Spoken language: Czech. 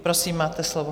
Prosím, máte slovo.